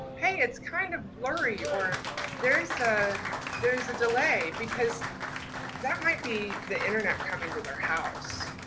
hey, it's kind of blurry or there's ah there's a delay because that might be the internet coming to their house,